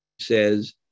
says